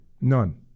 None